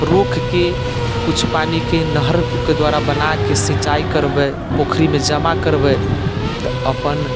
रोकिके कुछ पानिके नहरके द्वारा बनाके सिंचाइ करबै पोखरिमे जमा करबै तऽ अपन